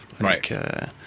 right